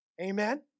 Amen